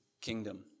kingdom